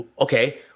okay